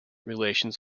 relations